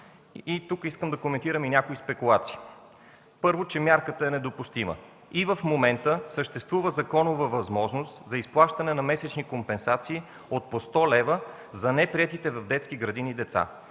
Тук искам да коментирам и някои спекулации. Първо, че мярката е недопустима. И в момента съществува законова възможност за изплащане на месечни компенсации – по 100 лева за неприетите в детските градини деца.